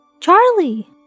Charlie